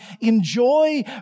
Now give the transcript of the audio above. enjoy